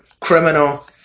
Criminal